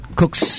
cooks